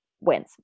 wins